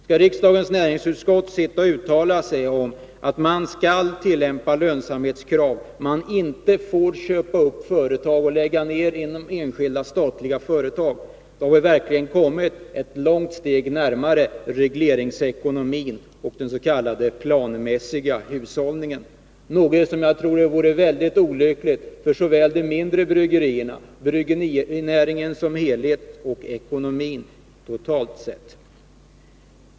Skall riksdagens näringsutskott sitta och uttala sig om att man inom enskilda statliga företag skall tillämpa lönsamhetskrav och att man inte får köpa upp företag för att lägga ner dem, då har vi verkligen kommit ett långt steg närmare regleringsekonomin och den s.k. planmässiga hushållningen — något som jag tror vore mycket olyckligt såväl för de mindre bryggerierna och bryggerinäringen som helhet som för ekonomin totalt sett.